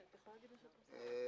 בבקשה.